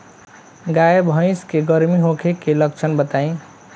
गाय भैंस के गर्म होखे के लक्षण बताई?